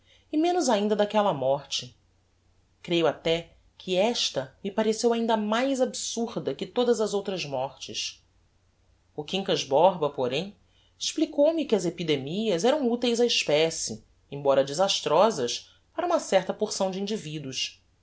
e menos ainda daquella morte creio até que esta me pareceu ainda mais absurda que todas as outras mortes o quincas borba porém explicou-me que as epidemias eram uteis á especie embora desastrosas para uma certa porção de indivíduos